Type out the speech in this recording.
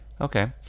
Okay